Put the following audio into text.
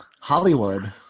Hollywood